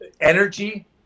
energy